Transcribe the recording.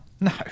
No